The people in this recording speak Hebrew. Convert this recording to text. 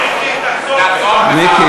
מיקי, תחזור בך.